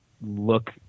look